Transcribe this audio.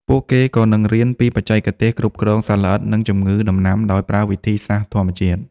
ពួកគេក៏នឹងរៀនពីបច្ចេកទេសគ្រប់គ្រងសត្វល្អិតនិងជំងឺដំណាំដោយប្រើវិធីសាស្ត្រធម្មជាតិ។